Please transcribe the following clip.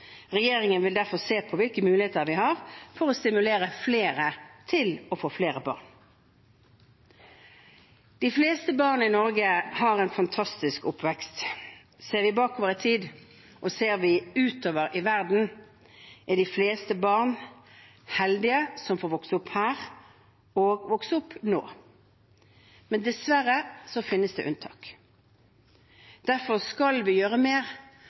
Regjeringen vil derfor se på hvilke muligheter vi har for å stimulere flere til å få flere barn. De fleste barn i Norge har en fantastisk oppvekst. Ser vi bakover i tid, og ser vi utover i verden, er de fleste barn heldige som får vokse opp her og vokse opp nå. Men dessverre finnes det unntak. Derfor skal vi gjøre mer